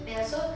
ya so